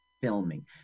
filming